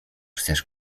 chcesz